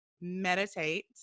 Meditate